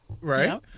right